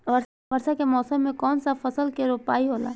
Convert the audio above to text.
वर्षा के मौसम में कौन सा फसल के रोपाई होला?